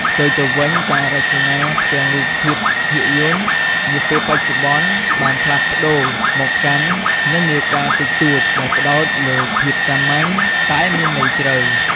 ផ្ទុយទៅវិញ ការរចនាផ្ទាំងរូបភាពភាពយន្តនាពេលបច្ចុប្បន្នបានផ្លាស់ប្ដូរមកកាន់និន្នាការតិចតួច ដែលផ្ដោតលើភាពសាមញ្ញ តែមានន័យជ្រៅ។